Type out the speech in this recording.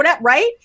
right